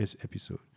episode